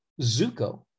Zuko